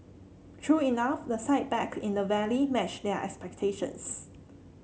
true enough the sight back in the valley matched their expectations